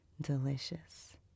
Delicious